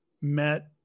met